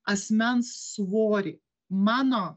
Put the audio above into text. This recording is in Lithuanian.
asmens svorį mano